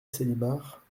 célimare